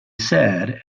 said